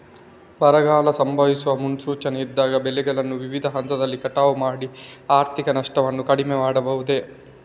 ಬರಗಾಲ ಸಂಭವಿಸುವ ಮುನ್ಸೂಚನೆ ಇದ್ದಾಗ ಬೆಳೆಗಳನ್ನು ವಿವಿಧ ಹಂತದಲ್ಲಿ ಕಟಾವು ಮಾಡಿ ಆರ್ಥಿಕ ನಷ್ಟವನ್ನು ಕಡಿಮೆ ಮಾಡಬಹುದೇ?